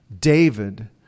David